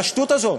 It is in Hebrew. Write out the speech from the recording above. על השטות הזאת.